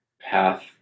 path